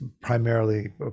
primarily